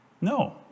No